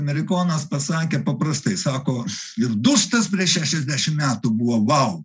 amerikonas pasakė paprastai sako ir dustas prieš šešiasdešimt metų buvo vau